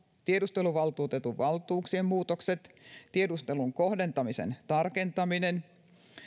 tiedusteluvaltuutetun valtuuksien muutokset tiedustelun kohdentamisen tarkentaminen